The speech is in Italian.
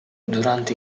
durante